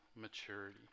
maturity